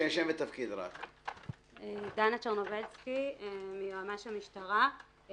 יועמ"ש המשטרה.